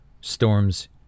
Storms